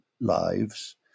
lives